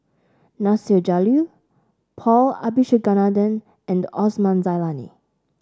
Nasir Jalil Paul Abisheganaden and Osman Zailani